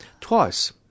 twice